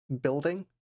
building